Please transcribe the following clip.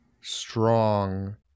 strong